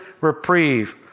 reprieve